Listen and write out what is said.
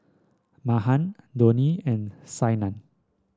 Mahan Dhoni and Saina